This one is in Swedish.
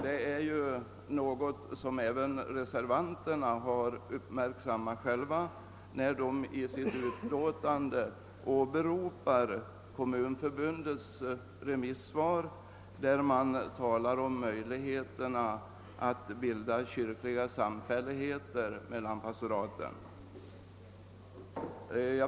Detta har även reservanterna själva uppmärksammat, när de i sin skrivning åberopar Kommunförbundets remissvar, där det talas om möjligheterna att bilda kyrkliga samfälligheter mellan pastoraten.